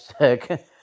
sick